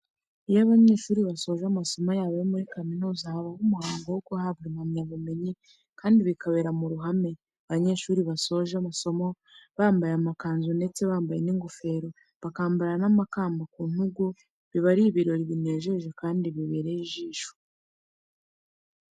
Iyo abanyeshuri basoje amasomo yabo yo muri kaminuza habaho umuhango wo guhabwa impamyabumenyi kandi bikabera mu ruhame abanyeshuri basoje amasomo bambaye amakanzu ndetse bambaye n'ingofero, bakambara n'amakamba ku ntugu, biba ari ibirori binejeje kandi bibereye ijisho.